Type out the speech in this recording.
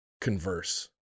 converse